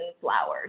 flowers